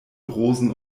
rosen